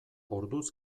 orduz